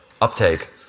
uptake